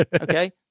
okay